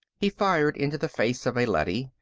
he fired into the face of a leady.